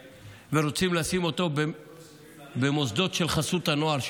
ורוצים לשים אותו במוסדות של חסות הנוער שלנו.